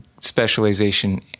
specialization